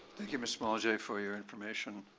thank you, mr. boulanger for your information.